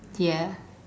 ya